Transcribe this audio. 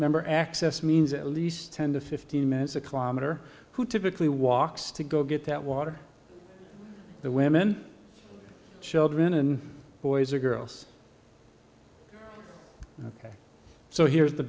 member access means at least ten to fifteen minutes a kilometer who typically walks to go get that water the women children and boys or girls ok so here's the